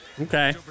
Okay